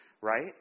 Right